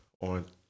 on